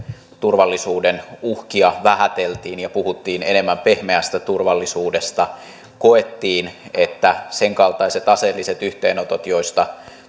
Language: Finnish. turvallisuuden uhkia vähäteltiin ja puhuttiin enemmän pehmeästä turvallisuudesta koettiin että sen kaltaiset aseelliset yhteenotot joista